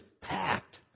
packed